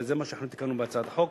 וזה מה שאנחנו תיקנו בהצעת החוק.